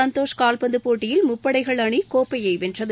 சந்தோஷ் கால்பந்து போட்டியில் முப்படைகள் அணி கோப்பையை வென்றது